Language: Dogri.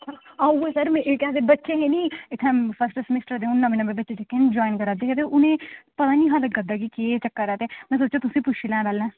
ते सर इत्थें बच्चे ना नमें नमें बच्चे फर्स्ट सेमेस्टर ज्वाईन करा दे ते पता निं लग्गा दा केह् चक्कर ऐ ते में हां पैह्लें पुच्छी लें तुसेंगी